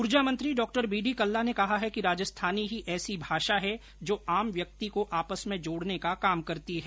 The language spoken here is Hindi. ऊर्जा मंत्री डॉ बीडी कल्ला ने कहा है कि राजस्थानी ही ऐसी भाषा है जो आम व्यक्ति को आपस में जोड़ने का काम करती है